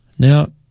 Now